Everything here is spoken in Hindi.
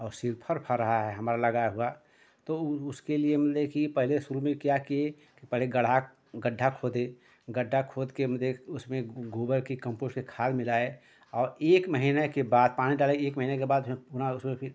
और श्रीफल फल रहा है हमारा लगा हुआ तो उसके लिए मतलब कि पहले शुरू में क्या किए पहले गड्ढा गड्ढा खोदे गड्ढा खोद कर मतलब उसमें गो गोबर कि कंपोस्ट के खाद मिलाए और एक महीने के बाद पानी डाला एक महीने के बाद जो है अपना उसमें फिर